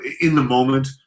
in-the-moment